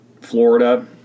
Florida